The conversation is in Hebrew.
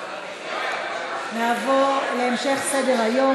נעבור להמשך סדר-היום.